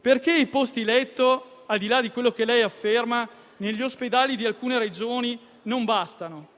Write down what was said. Perché i posti letto, al di là di quello che lei afferma, negli ospedali di alcune Regioni non bastano?